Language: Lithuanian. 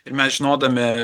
ir mes žinodami